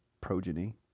progeny